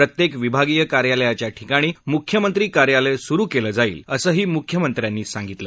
प्रत्येक विभागीय कार्यालयाच्या ठिकाणी मुख्यमंत्री कार्यालय सुरु केलं जाईल असंही मुख्यमंत्र्यांनी सांगितलं